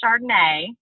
Chardonnay